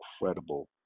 incredible